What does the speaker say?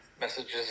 Messages